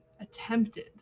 attempted